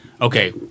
okay